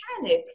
panic